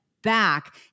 Back